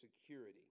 security